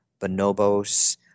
Bonobos